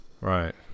right